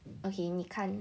okay 你看